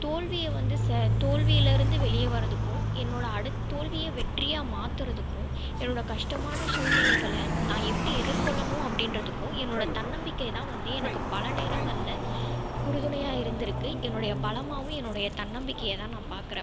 தோல்வியை வந்து சே தோல்வியிலேருந்து வெளியே வரதுக்கும் என்னோடய அடு தோல்வியை வெற்றியாக மாற்றுறதுக்கும் என்னோடய கஷ்டமான சூழ்நிலைகளை நான் எப்படி எதிர்கொள்ளணும் அப்படின்றதுக்கும் என்னோடய தன்னம்பிக்கையை தான் வந்து எனக்கு பல நேரங்களில் உறுதுணையாக இருந்துருக்குது என்னோடய பலமாகவும் என்னோடைய தன்னம்பிக்கையாக தான் நான் பார்க்கறேன்